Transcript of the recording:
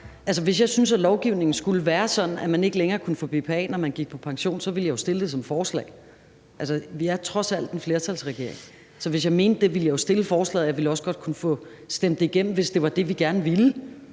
hvis jeg syntes, at lovgivningen skulle være sådan, at man ikke længere kunne få BPA, når man gik på pension, så ville jeg jo fremsætte det som forslag. Altså, vi er trods alt en flertalsregering, så hvis jeg mente det, ville jeg jo fremsætte forslaget, og jeg ville også godt kunne få stemt det igennem, hvis det var det, vi gerne ville.